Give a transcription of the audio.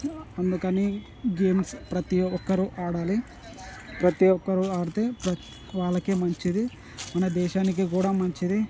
అందుకని గేమ్స్ ప్రతి ఒక్కరూ ఆడాలి ప్రతి ఒక్కరు ఆడితే వాళ్ళకే మంచిది మన దేశానికి కూడా మంచిది